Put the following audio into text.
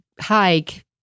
hike